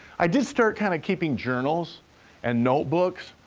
i did start kind of keeping journals and notebooks.